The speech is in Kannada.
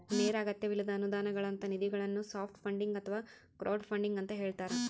ನೇರ ಅಗತ್ಯವಿಲ್ಲದ ಅನುದಾನಗಳಂತ ನಿಧಿಗಳನ್ನು ಸಾಫ್ಟ್ ಫಂಡಿಂಗ್ ಅಥವಾ ಕ್ರೌಡ್ಫಂಡಿಂಗ ಅಂತ ಹೇಳ್ತಾರ